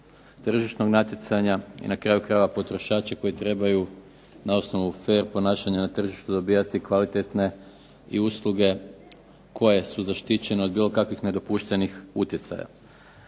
tržišnog natjecanja i na kraju krajeva potrošači koji trebaju na osnovu fer ponašanja na tržištu dobivati kvalitetne i usluge koje su zaštićene od bilo kakvih nedopuštenih utjecaja.